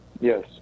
Yes